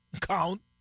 count